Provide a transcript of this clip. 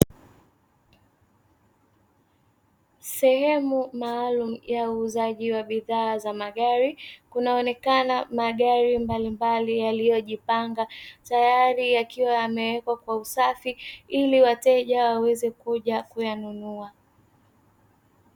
Sehemu maalumu ya uuzaji wa bidhaa za magari kunaonekana magari mbalimbali, yaliyojipanga tayari yakiwa yamewekwa kwa usafi ili wateja waweze kuja kuyanunua.